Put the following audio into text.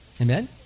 Amen